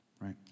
right